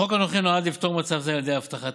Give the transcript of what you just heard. החוק הנוכחי נועד לפתור מצב זה על ידי הבטחת